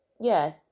yes